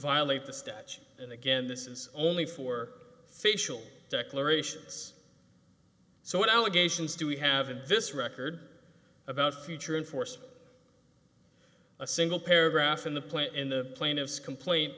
violate the statute and again this is only for facial declarations so what allegations do we have in this record about future in force a single paragraph in the plant in the plaintiff's complaint